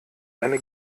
eine